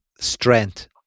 strength